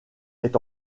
est